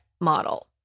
model